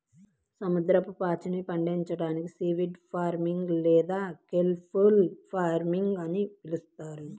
సముద్రపు పాచిని పండించడాన్ని సీవీడ్ ఫార్మింగ్ లేదా కెల్ప్ ఫార్మింగ్ అని పిలుస్తారు